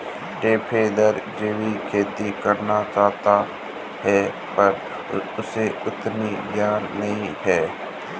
टिपेंद्र जैविक खेती करना चाहता है पर उसे उतना ज्ञान नही है